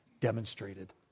demonstrated